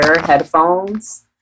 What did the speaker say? headphones